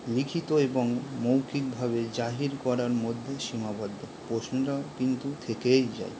লিখিত এবং মৌখিকভাবে জাহির করার মধ্যে সীমাবদ্ধ প্রশ্নটা কিন্তু থেকেই যায়